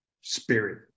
spirit